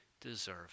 deserve